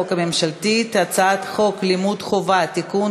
החוק הממשלתית: הצעת חוק לימוד חובה (תיקון,